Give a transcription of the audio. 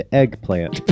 eggplant